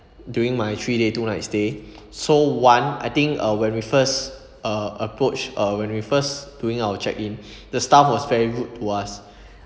during my three day two night stay so one I think uh when we first uh approach uh when we first doing our check in the staff was very rude to us